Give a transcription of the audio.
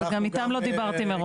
וגם איתם לא דיברתי מראש.